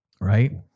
right